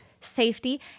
safety